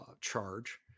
charge